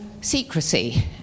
secrecy